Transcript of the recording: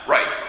Right